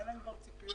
אין להם כבר ציפיות...